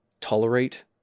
tolerate